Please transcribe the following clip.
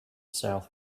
south